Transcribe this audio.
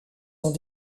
ont